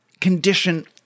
condition